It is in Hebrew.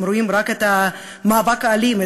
הם רואים רק את המאבק האלים,